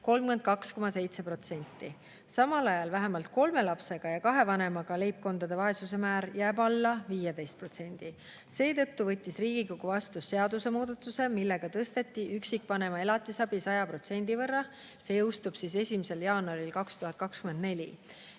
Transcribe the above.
32,7%. Samal ajal vähemalt kolme lapse ja kahe vanemaga leibkondade vaesuse määr jääb alla 15%. Seetõttu võttis Riigikogu vastu seadusemuudatuse, millega tõsteti üksikvanema elatisabi 100% võrra. See jõustub 1. jaanuaril 2024.